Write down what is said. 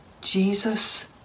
Jesus